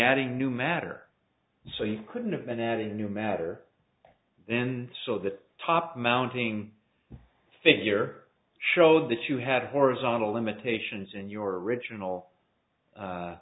adding new matter so you couldn't have been adding new matter then so that top mounting figure showed that you had a horizontal limitations in your original